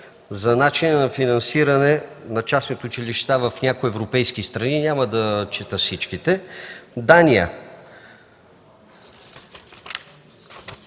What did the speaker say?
за начина на финансиране на част от училища в някои европейски страни. Няма да чета всичките. Дания,